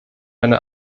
eine